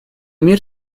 мир